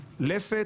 לפת,